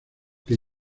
que